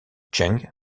cheng